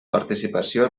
participació